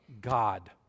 God